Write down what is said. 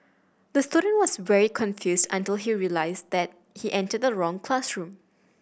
the student was very confused until he realised that he entered the wrong classroom